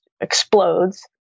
explodes